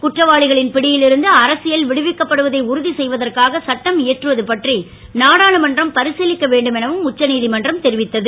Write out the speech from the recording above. குற்றவாளிகளின் பிடியில் இருந்து அரசியல் விடுவிக்கப்படுவதை உறுதி செய்வதற்காக சட்டம் இயற்றுவது பற்றி நாடாளுமன்றம் பரிசிலிக்க வேண்டும் எனவும் உச்சநீதிமன்றம் தெரிவித்தது